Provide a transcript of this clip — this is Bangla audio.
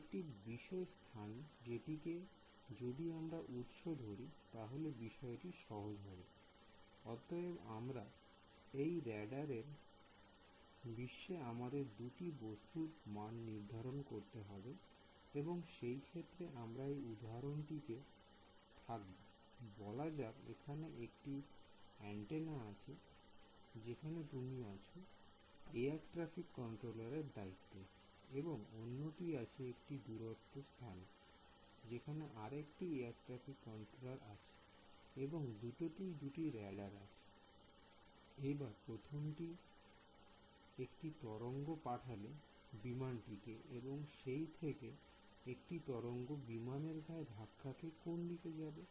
একটি বিশেষ স্থানে এটিকে যদি আমরা উৎস হিসাবে ধরি তাহলে বিষয়টি সহজ হবে I অতএব এই রাইডার এর বিশ্বে আমাদের দুটি বস্তুর মান নির্ধারণ করতে হয় এবং এই ক্ষেত্রে আমরা এই উদাহরণটি থাকবে I বলা যাক এইখানে একটি এন্টেনা আছে যেখানে তুমি আছো এয়ার ট্রাফিক কন্ট্রোলার দায়িত্ব এবং অন্যটি আছে একটি দূরবর্তী স্থানে যেখানে আরেকটি এয়ার ট্রাফিক কন্ট্রোলার আছে এবং দুটিতেই দুটি রাডার আছে I এইবার প্রথমটি একটি তরঙ্গ পাঠালো বিমানটিকে এবং সেখান থেকে এই তরঙ্গটি বিমানের ধাক্কা খেয়ে কোন দিকে যাবে